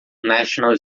national